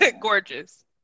Gorgeous